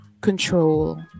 control